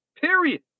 Period